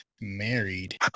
married